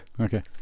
Okay